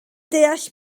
deall